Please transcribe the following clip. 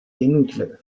inutile